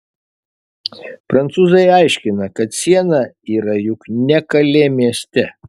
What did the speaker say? prancūzai aiškina kad siena yra juk ne kalė mieste